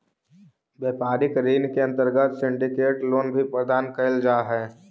व्यापारिक ऋण के अंतर्गत सिंडिकेट लोन भी प्रदान कैल जा हई